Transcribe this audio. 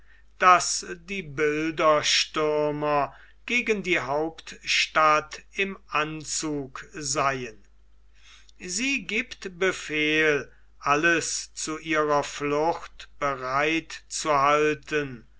daß die bilderstürmer gegen die hauptstadt im anzug seien sie giebt befehl alles zu ihrer flucht bereit zu halten